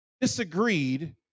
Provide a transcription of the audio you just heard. disagreed